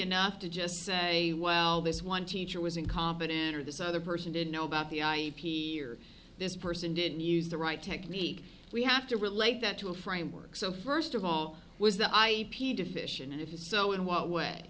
enough to just say well this one teacher was incompetent or this other person didn't know about the i year this person didn't use the right technique we have to relate that to a framework so first of all was that i e p deficient and if so in what way